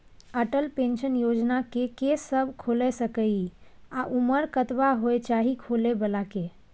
Atal pension Yojana के के सब खोइल सके इ आ उमर कतबा होय चाही खोलै बला के?